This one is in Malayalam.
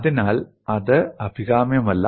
അതിനാൽ അത് അഭികാമ്യമല്ല